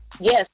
yes